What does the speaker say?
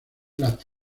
las